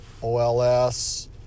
OLS